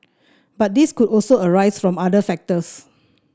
but these could also arise from other factors